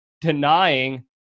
denying